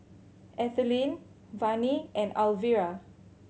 Ethelyn Vannie and Alvira